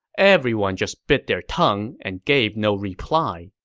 everyone just bit their tongue and gave no reply.